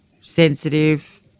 sensitive